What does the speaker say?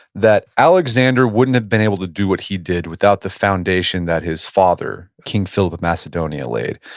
that alexander wouldn't have been able to do what he did, without the foundation that his father, king philip of macedonia, laid.